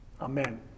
Amen